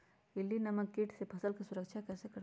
इल्ली नामक किट से फसल के सुरक्षा कैसे करवाईं?